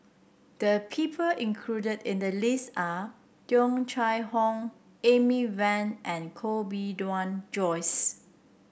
the people included in the list are Tung Chye Hong Amy Van and Koh Bee Tuan Joyce